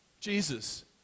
Jesus